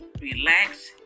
relax